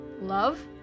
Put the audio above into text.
love